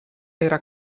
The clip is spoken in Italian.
era